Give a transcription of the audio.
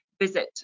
visit